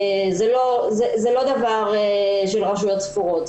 זה לא דבר של רשויות ספורות,